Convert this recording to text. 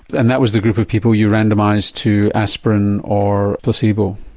and that was the group of people you randomised to aspirin or a placebo?